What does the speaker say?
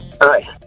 Hi